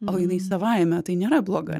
o jinai savaime tai nėra bloga